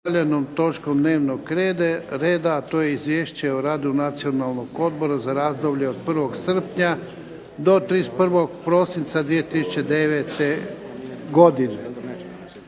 točkom dnevnog reda, a to je - Izvješće o radu Nacionalnog odbora za razdoblje od 01. srpnja do 31. prosinca 2009. godine